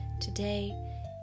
today